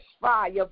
fire